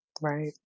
Right